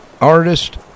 artist